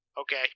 Okay